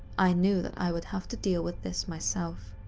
i knew that i would have to deal with this myself.